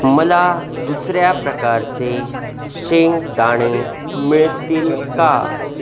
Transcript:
मला दुसऱ्या प्रकारचे शेंगदाणे मिळतील का